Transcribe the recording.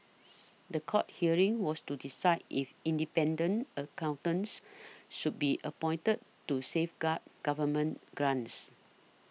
the court hearing was to decide if independent accountants should be appointed to safeguard government grants